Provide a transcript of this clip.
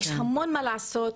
יש המון מה לעשות,